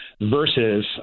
versus